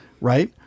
right